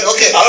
Okay